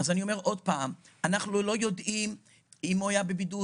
אני אומר עוד פעם: אנחנו לא יודעים אם הוא היה בבידוד,